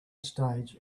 stage